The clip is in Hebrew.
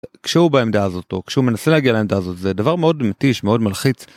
כשהוא בעמדה הזאת הוא כשהוא מנסה להגיע לעמדה הזאת זה דבר מאוד מתיש מאוד מלחיץ.